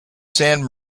san